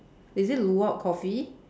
is it luwak coffee